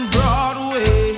Broadway